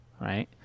right